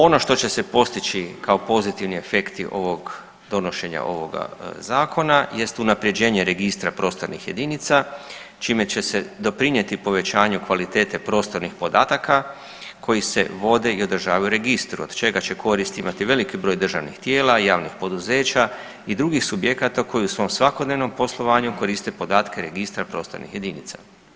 Ono što će se postići kao pozitivni efekti donošenja ovoga zakona jest unapređenje registra prostornih jedinica čime će se doprinijeti povećanju kvalitete prostornih podataka koji se vode i održavaju u registru od čega će koristi imati veliki broj državnih tijela, javnih poduzeća i drugih subjekata koji u svom svakodnevnom poslovanju koriste podatke registra prostornih jedinica.